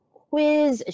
quiz